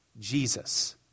Jesus